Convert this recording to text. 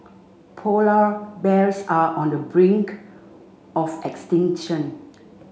polar bears are on the brink of extinction